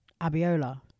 Abiola